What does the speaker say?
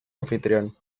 anfitrión